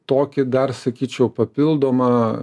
tokį dar sakyčiau papildomą